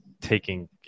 taking